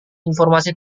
informasi